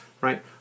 right